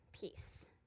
peace